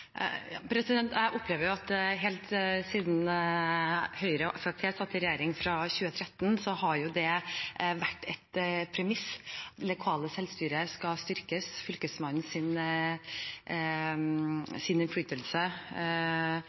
Jeg opplever at helt siden Høyre og Fremskrittspartiet satt i regjering fra 2013, har det vært et premiss at det lokale selvstyret skal styrkes, at Fylkesmannens innflytelse